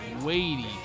weighty